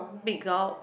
big gulp